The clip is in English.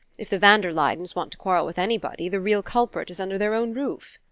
if the van der luydens want to quarrel with anybody, the real culprit is under their own roof.